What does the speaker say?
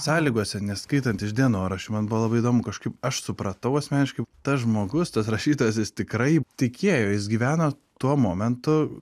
sąlygose nes skaitant iš dienoraščių man buvo labai įdomu kažkaip aš supratau asmeniškai tas žmogus tas rašytojas jis tikrai tikėjo jis gyveno tuo momentu